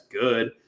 good